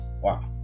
wow